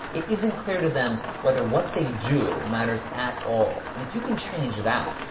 it isn't clear to them whether what they do matters at all. and if you can change that,